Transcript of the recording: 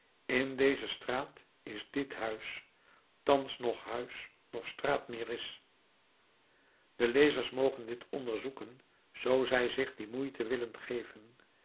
in deze straat is dit huis thans noch huis noch straat meer is de lezers mogen dit onderzoeken zoo zij zich die moeite willen geven